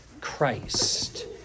Christ